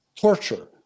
Torture